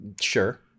Sure